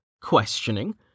questioning